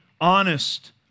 honest